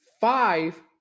Five